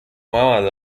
محمد